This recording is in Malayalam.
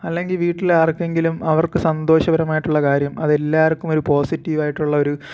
അല്ലെങ്കിൽ വീട്ടിൽ ആർക്കെങ്കിലും അവർക്ക് സന്തോഷകരമായിട്ടുള്ള കാര്യം അത് എല്ലാർക്കും അതൊരു പോസിറ്റീവായിട്ടുള്ള ഒരു